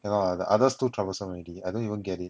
yeah lah the others too troublesome already I don't even get it